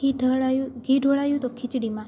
ઘી ઢળાયું ઘી ઢોળાયું તો ખીચડીમાં